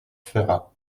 ferrat